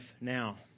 now